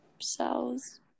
cells